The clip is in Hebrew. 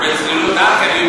בצלילות דעת?